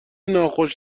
ناخوش